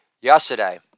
Yesterday